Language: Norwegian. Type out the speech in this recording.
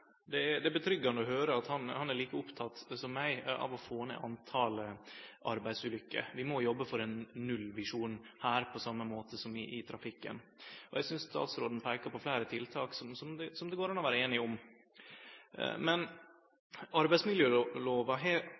Det er godt å høyre at han er like oppteken som meg av å få ned talet på arbeidsulukker. Vi må jobbe for ein nullvisjon her, som i trafikken. Eg synest statsråden peika på fleire tiltak som det går an å vere einige om. Arbeidsmiljølova har